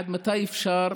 עד מתי אפשר